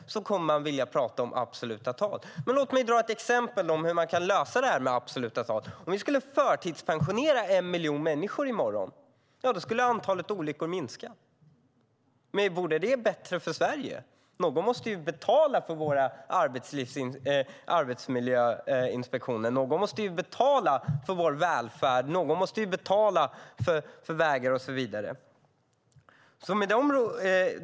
Låt mig då dra ett exempel på hur vi kan lösa det här med absoluta tal: Om vi skulle förtidspensionera en miljon människor i morgon skulle antalet olyckor minska. Men vore det bättre för Sverige? Någon måste ju betala för våra arbetsmiljöinspektioner. Någon måste betala för vår välfärd, någon måste betala för vägar och så vidare.